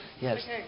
yes